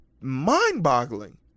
mind-boggling